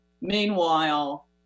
Meanwhile